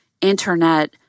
internet